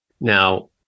Now